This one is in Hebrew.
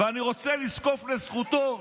ואני רוצה לזקוף לזכותו,